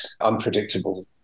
unpredictable